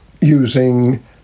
using